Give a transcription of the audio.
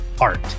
art